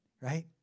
right